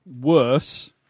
worse